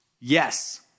Yes